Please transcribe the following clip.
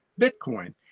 Bitcoin